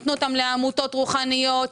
נתנו אותם לעמותות רוחניות,